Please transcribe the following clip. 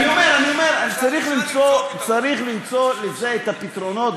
אני אומר, צריך למצוא לזה את הפתרונות.